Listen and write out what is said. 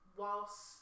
whilst